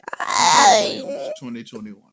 2021